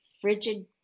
frigid